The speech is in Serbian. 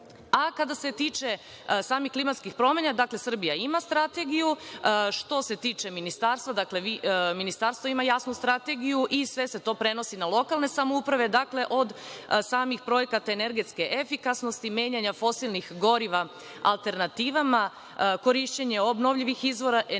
se tiče samih klimatskih promena, dakle, Srbija ima strategiju. Što se tiče Ministarstva, dakle, Ministarstvo ima jasnu strategiju i sve se to prenosi na lokalne samouprave, dakle, od samih projekata energetske efikasnosti, menjanja fosilnih goriva alternativama, korišćenja obnovljivih izvora energije